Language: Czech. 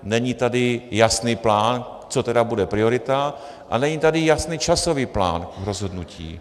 Není tady jasný plán, co tedy bude priorita, a není tady jasný časový plán rozhodnutí.